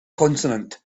consonant